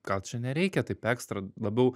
gal čia nereikia taip ekstra labiau